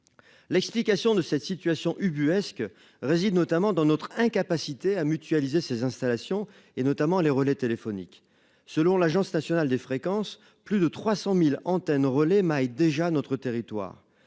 L'explication de cette situation ubuesque réside notamment dans notre incapacité à mutualiser ses installations et notamment les relais téléphoniques, selon l'Agence nationale des fréquences, plus de 300.000 antennes relais déjà notre territoire